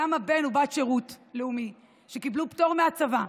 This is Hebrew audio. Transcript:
למה בן או בת שירות לאומי שקיבלו פטור מהצבא,